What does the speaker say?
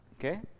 Okay